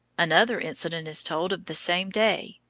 another incident is told of the same day.